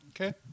Okay